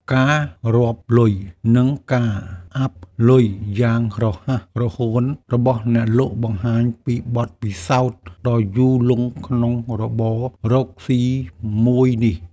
ការរាប់លុយ និងការអាប់លុយយ៉ាងរហ័សរហួនរបស់អ្នកលក់បង្ហាញពីបទពិសោធន៍ដ៏យូរលង់ក្នុងរបររកស៊ីមួយនេះ។